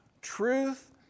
Truth